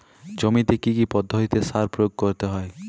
জমিতে কী কী পদ্ধতিতে সার প্রয়োগ করতে হয়?